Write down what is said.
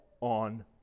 on